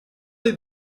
les